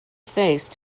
face